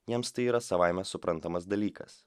jiems tai yra savaime suprantamas dalykas